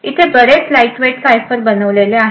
इथे बरेच lightweight cipher बनवलेले आहेत